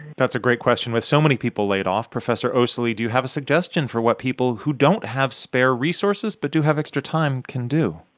that's a great question. with so many people laid off, professor osili, do you have a suggestion for what people who don't have spare resources but do have extra time can do?